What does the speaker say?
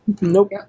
Nope